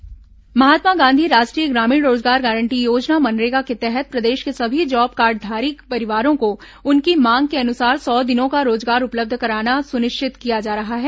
मनरेगा रोजगार महात्मा गांधी राष्ट्रीय ग्रामीण रोजगार गारंटी योजना मनरेगा के तहत प्रदेश के सभी जॉब कार्डधारी परिवारों को उनकी मांग के अनुसार सौ दिनों का रोजगार उपलब्ध कराना सुनिश्चित किया जा रहा है